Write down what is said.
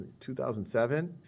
2007